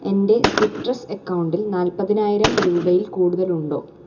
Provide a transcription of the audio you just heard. എൻ്റെ സിട്രസ് അക്കൗണ്ടിൽ നാൽപ്പതിനായിരം രൂപയിൽ കൂടുതൽ ഉണ്ടോ